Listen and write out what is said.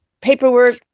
paperwork